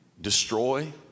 destroy